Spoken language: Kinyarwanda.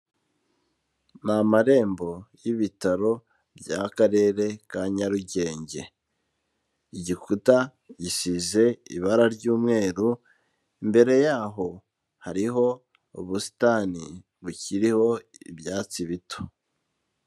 Ni amarembo y'ibitaro by'Akarere ka Nyarugenge, igikuta gisize ibara ry'umweru, imbere yaho hariho ubusitani bukiriho ibyatsi bito.